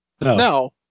No